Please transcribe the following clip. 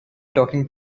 talking